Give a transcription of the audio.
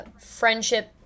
Friendship